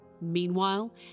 Meanwhile